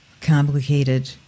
complicated